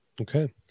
Okay